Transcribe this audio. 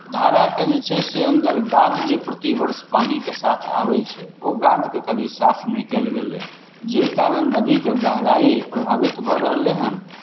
धाराके जे छै से अन्दर गादि जे प्रति वर्ष पानिके साथ आबै छै ओ गादिकेँ कभी साफ नहि कयल गेलै जाहि कारण नदीके गहराइ प्रभावित भऽ रहलै हन